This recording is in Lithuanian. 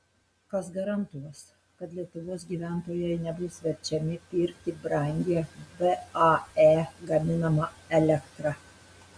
kas garantuos kad lietuvos gyventojai nebus verčiami pirkti brangią vae gaminamą elektrą